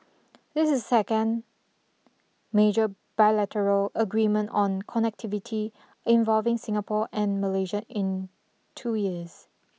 this is second major bilateral agreement on connectivity involving Singapore and Malaysia in two years